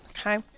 okay